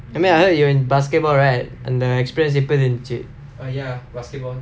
I mean I heard you were in basketball right அந்த:antha experience எப்படி இந்துச்சு:eppadi inthuchu